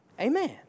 Amen